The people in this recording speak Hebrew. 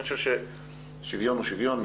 אני חושב ששוויון הוא שוויון.